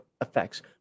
effects